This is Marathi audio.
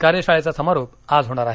कार्यशाळेचा समारोप आज होणार आहे